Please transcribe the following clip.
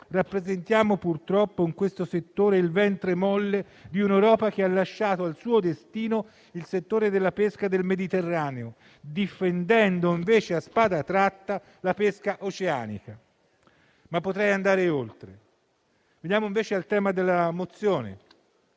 rappresentiamo purtroppo in questo settore il ventre molle di un'Europa che ha lasciato al suo destino il settore della pesca nel Mediterraneo, difendendo invece a spada tratta la pesca oceanica. E potrei andare oltre. Veniamo invece al tema della mozione.